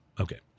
Okay